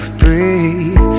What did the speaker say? breathe